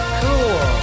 cool